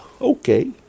okay